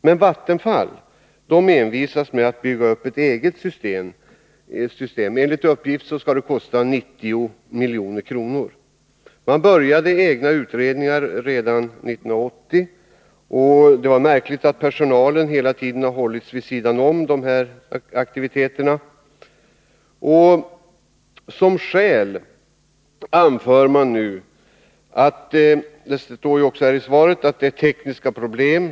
Men Vattenfall envisas med att bygga upp ett eget system. Enligt uppgift skulle det kosta 90 milj.kr. Vattenfall började egna utredningar redan 1980. Det är märkligt att personalen hela tiden har hållits vid sidan om de här aktiviteterna. Som skäl anför man nu tekniska problem, vilket också står i svaret.